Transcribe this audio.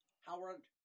Howard